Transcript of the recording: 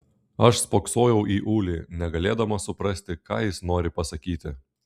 aš spoksojau į ulį negalėdama suprasti ką jis nori pasakyti